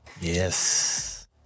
Yes